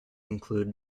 include